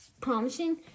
promising